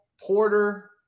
Porter